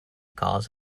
cause